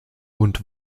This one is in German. und